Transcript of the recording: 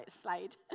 slide